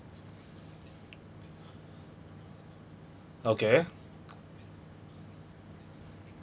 okay